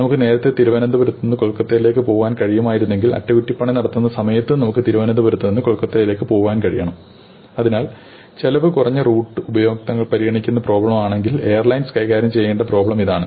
നമുക്ക് നേരത്തെ തിരുവനന്തപുരത്ത് നിന്ന് കൊൽക്കത്തയിലേക്ക് പോകാൻ കഴിയുമായിരുന്നവെങ്കിൽ അറ്റകുറ്റപ്പണി നടത്തുന്ന സമയത്തും നമുക്ക് തിരുവനന്തപുരത്ത് നിന്ന് കൊൽക്കത്തയിലേക്ക് പോകാൻ കഴിയണം അതിനാൽ ചെലവ് കുറഞ്ഞ റൂട്ട് ഉപയോക്താക്കൾ പരിഗണിക്കുന്ന പ്രോബ്ളമാണെങ്കിൽ എയർലൈൻസ് കൈകാര്യം ചെയ്യേണ്ട പ്രോബ്ളം ഇതാണ്